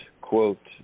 quote